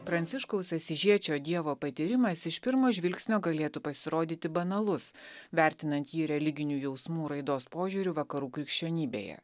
pranciškaus asyžiečio dievo patyrimas iš pirmo žvilgsnio galėtų pasirodyti banalus vertinant jį religinių jausmų raidos požiūriu vakarų krikščionybėje